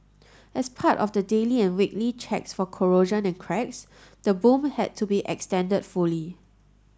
as part of the daily and weekly checks for corrosion and cracks the boom had to be extended fully